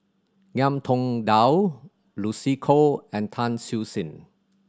Ngiam Tong Dow Lucy Koh and Tan Siew Sin